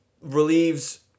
relieves